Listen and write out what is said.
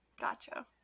Gotcha